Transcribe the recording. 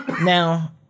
Now